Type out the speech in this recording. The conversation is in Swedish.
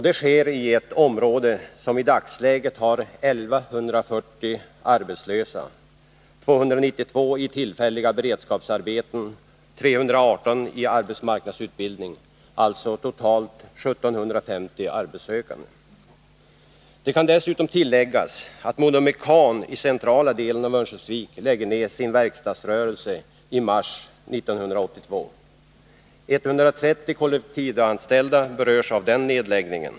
Detta sker i ett område som i dagsläget har 1 140 arbetslösa, 292 personer i tillfälliga beredskapsarbeten och 318 i arbetsmarknadsutbildning — alltså totalt 1750 arbetssökande. Det kan dessutom tilläggas att MoDo Mekan i centrala delen av Örnsköldsvik lägger ner sin verkstadsrörelse i mars 1982. 130 kollektivanställda berörs av den nedläggningen.